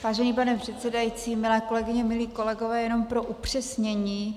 Vážený pane předsedající, milé kolegyně, milí kolegové, jen pro upřesnění.